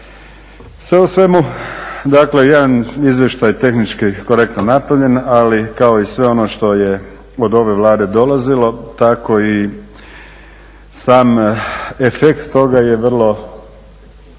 Sve u svemu, dakle jedan izvještaj tehnički korektno napravljen, ali kao i sve ono što je od ove Vlade dolazilo tako i sam efekt toga je vrlo